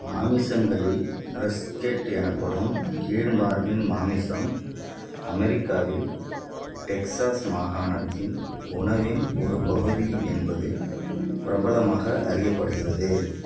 மாமிசங்களில் brisket எனப்படும் கீழ்மார்பின் மாமிசம் அமெரிக்காவில் டெக்ஸாஸ் மாகாணத்தின் உணவின் ஒரு பகுதி என்பது பிரபலமாக அறியப்படுகிறது